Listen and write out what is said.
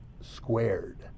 squared